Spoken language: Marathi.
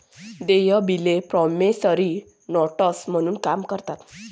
देय बिले प्रॉमिसरी नोट्स म्हणून काम करतात